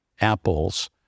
Apple's